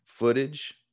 Footage